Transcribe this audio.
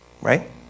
Right